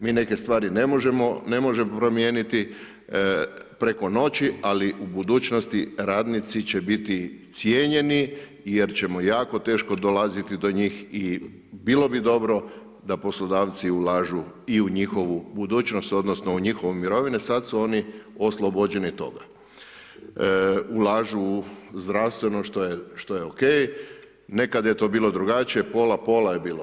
Mi neke stvari ne možemo promijeniti preko noći, ali u budućnosti radnici će biti cijenjeni, jer ćemo jako teško dolaziti do njih i bilo bi dobro da i poslodavci ulažu i u njihovu budućnost, odnosno, u njihove mirovine, sada su oni oslobođeni toga, ulažu u zdravstveno, što je ok, nekada je to bilo drugačije, pola pola je bilo.